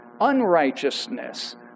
unrighteousness